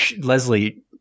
Leslie